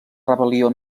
rebel·lió